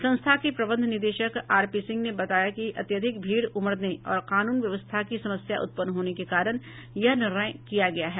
संस्था के प्रबंध निदेशक आर पी सिंह ने बताया कि अत्यधिक भीड़ उमड़ने और कानून व्यवस्था की समस्या उत्पन्न होने के कारण यह निर्णय किया गया है